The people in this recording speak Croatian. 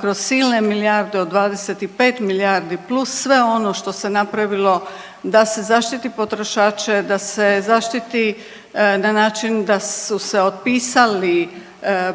kroz silne milijarde od 25 milijardi plus sve ono što se napravilo da se zaštiti potrošače, da se zaštiti na način da su se otpisali